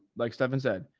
like stefan said,